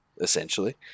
essentially